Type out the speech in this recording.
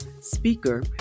speaker